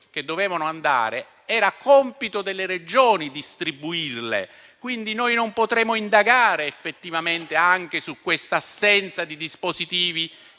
ricordo che era compito delle Regioni distribuirli, quindi non potremo indagare effettivamente anche su questa assenza di dispositivi